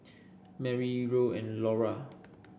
Marry Roll and Laura